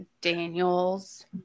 Daniels